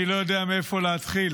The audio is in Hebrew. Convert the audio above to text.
אני לא יודע מאיפה להתחיל.